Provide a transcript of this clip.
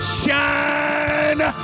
shine